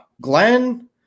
Glenn